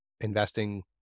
investing